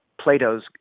Plato's